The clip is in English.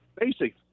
basic